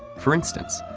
for instance,